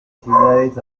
ciudades